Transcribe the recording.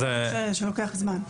וזה דבר שלוקח זמן.